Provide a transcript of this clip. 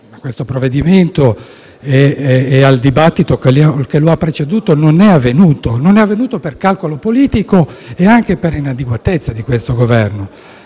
questo provvedimento e al dibattito che lo ha preceduto, non c’è stato. Non c’è stato per calcolo politico, ma anche per inadeguatezza di questo Governo: